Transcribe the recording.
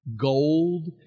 Gold